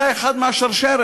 אתה אחד מהשרשרת,